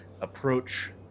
approach